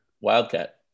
Wildcat